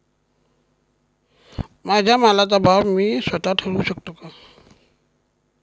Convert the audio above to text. माझ्या मालाचा भाव मी स्वत: ठरवू शकते का?